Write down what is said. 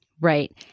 right